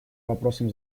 вопросам